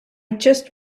just